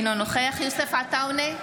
אינו נוכח יוסף עטאונה,